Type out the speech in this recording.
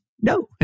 No